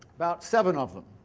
about seven of them.